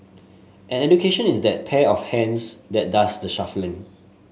and education is that pair of hands that does the shuffling